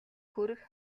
хүрэх